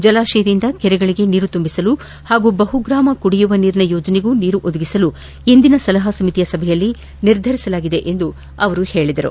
ಜಲಾಶಯದಿಂದ ಕೆರೆಗಳಗೆ ನೀರು ತುಂಬಿಸಲು ಹಾಗೂ ಬಹುಗ್ರಾಮ ಕುಡಿಯುವ ನೀರಿನ ಯೋಜನೆಗೂ ನೀರು ಒದಗಿಸಲು ಇಂದಿನ ಸಲಹಾ ಸಮಿತಿ ಸಭೆಯಲ್ಲಿ ನಿರ್ಧರಿಸಲಾಗಿದೆ ಎಂದು ಅವರು ಹೇಳಿದರು